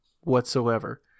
whatsoever